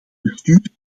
bestuur